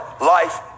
Life